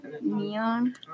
neon